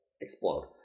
explode